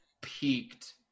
peaked